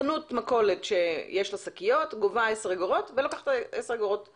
חנות מכולת שיש לה שקיות גובה 10 אגורות ולוקחת 10 אגורות אליה.